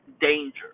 danger